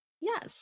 Yes